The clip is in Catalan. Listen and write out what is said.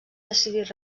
decidir